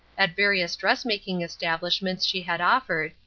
at various dress-making establishments she had offered,